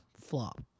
flop